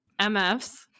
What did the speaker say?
MFs